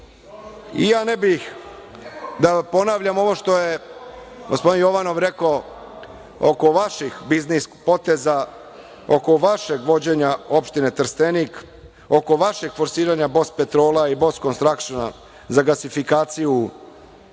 ne bih da vam ponavljam ovo što je gospodin Jovanov rekao oko vaših biznis poteza, oko vašeg vođenja opštine Trstenik, oko vašeg forsiranja „BOS Petrola“ i „BOS Construction“ za gasifikaciju